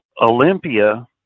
Olympia